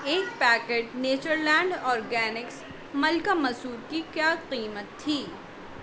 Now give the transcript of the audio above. ایک packet Nature Land Organics ملکا مسور کی کیا قیمت تھی